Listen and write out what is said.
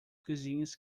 cuisines